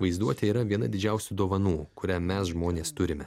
vaizduotė yra viena didžiausių dovanų kurią mes žmonės turime